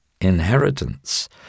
inheritance